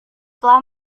telah